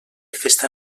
festa